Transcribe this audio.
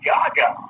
Gaga